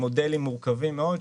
עם מודלים מורכבים מאוד,